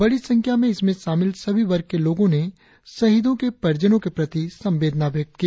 बड़ी संख्या में इसमें शामिल सभी वर्ग के लोगों ने शहीदों के परिजनों के प्रति संवेदना व्यक्त की